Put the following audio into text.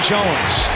Jones